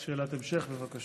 שאלת המשך, בבקשה.